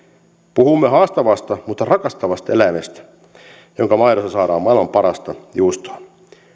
puhumme haastavasta mutta rakastavasta eläimestä jonka maidosta saadaan maailman parasta juustoa